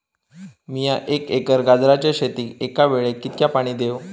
मीया एक एकर गाजराच्या शेतीक एका वेळेक कितक्या पाणी देव?